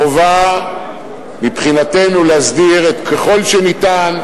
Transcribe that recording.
חובה מבחינתנו להסדיר ככל האפשר,